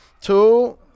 two